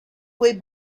way